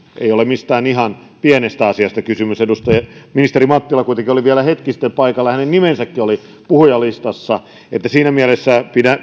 ei ole mistään ihan pienestä asiasta kysymys ministeri mattila oli kuitenkin vielä hetki sitten paikalla ja hänen nimensäkin oli puhujalistassa että siinä mielessä